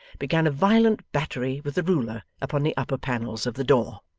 began a violent battery with the ruler upon the upper panels of the door.